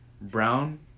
brown